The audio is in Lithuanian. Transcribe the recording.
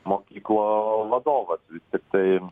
mokyklų vadovas vis tiktai